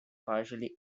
partially